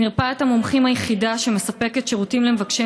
מרפאת המומחים היחידה שמספקת שירותים למבקשי